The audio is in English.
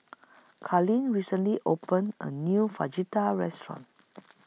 Kaitlin recently opened A New Fajitas Restaurant